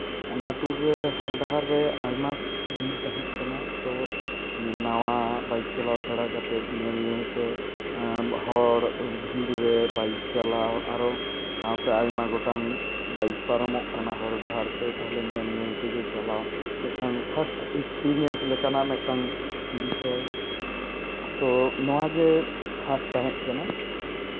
ᱚᱱᱟ ᱴᱩᱨ ᱨᱮ ᱦᱚᱨ ᱰᱟᱦᱟᱨ ᱨᱮ ᱟᱭᱢᱟ ᱵᱷᱤᱲ ᱛᱟᱦᱮᱸᱫ ᱠᱟᱱᱟ ᱛᱚ ᱱᱟᱣᱟ ᱵᱟᱭᱤᱠ ᱪᱟᱞᱟᱣ ᱥᱮᱲᱟ ᱠᱟᱛᱮᱫ ᱧᱮᱞ ᱧᱮᱞᱛᱮ ᱦᱚᱲ ᱵᱷᱤᱲᱨᱮ ᱵᱟᱭᱤᱠ ᱪᱟᱞᱟᱣ ᱟᱨᱚ ᱥᱟᱶᱛᱮ ᱟᱭᱢᱟ ᱜᱚᱴᱟᱝ ᱵᱟᱭᱤᱠ ᱯᱟᱨᱚᱢᱚᱜ ᱠᱟᱱᱟ ᱦᱚᱨ ᱰᱟᱦᱟᱨ ᱛᱮ ᱛᱟᱦᱞᱮ ᱧᱮᱞ ᱧᱮᱞ ᱛᱮᱜᱮ ᱪᱟᱞᱟᱣ ᱢᱤᱫᱴᱟᱝ ᱯᱷᱟᱥᱴ ᱮᱠᱥᱯᱨᱤᱭᱮᱱᱥ ᱞᱮᱠᱟᱱᱟᱜ ᱢᱤᱫᱴᱟᱝ ᱵᱤᱥᱚᱭ ᱛᱚ ᱱᱚᱣᱟᱜᱮ ᱠᱷᱟᱥ ᱛᱟᱦᱮᱸᱫ ᱠᱟᱱᱟ